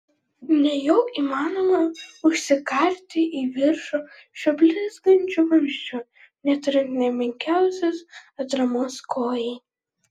nejau įmanoma užsikarti į viršų šiuo blizgančiu vamzdžiu neturint nė menkiausios atramos kojai